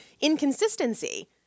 inconsistency